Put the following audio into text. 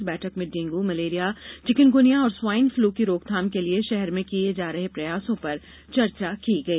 इस बैठक में डेंगू मलेरिया चिकनगुनिया और स्वाईन फ्लू की रोकथाम के लिए शहर में किए जा रहे प्रयासों पर चर्चा की गई